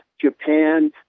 Japan